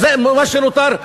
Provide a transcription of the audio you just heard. שזה מה שנותר,